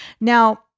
Now